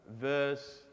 verse